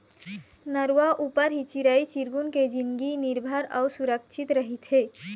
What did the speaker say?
नरूवा ऊपर ही चिरई चिरगुन के जिनगी निरभर अउ सुरक्छित रहिथे